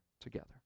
together